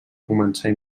començar